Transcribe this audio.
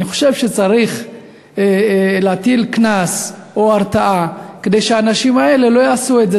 אני חושב שצריך להטיל קנס או הרתעה כדי שהאנשים האלה לא יעשו את זה.